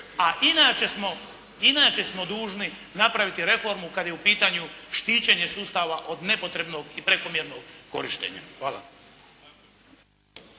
A inače smo dužni napraviti reformu kad je u pitanju štićenje sustava od nepotrebnog i prekomjernog korištenja. Hvala.